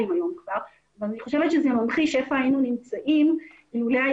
היום אבל אני חושבת שזה ממחיש איפה היינו נמצאים אם לא היה